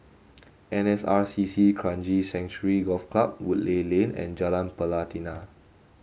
N S R C C Kranji Sanctuary Golf Club Woodleigh Lane and Jalan Pelatina